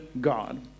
god